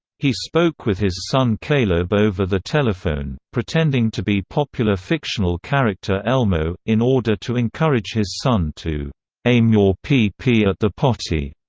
he spoke with his son kaleb over the telephone, pretending to be popular fictional character elmo, in order to encourage his son to aim your pee-pee at the potty.